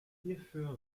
hierfür